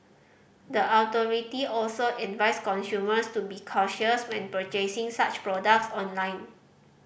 the authority also advised consumers to be cautious when purchasing such products online